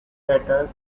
better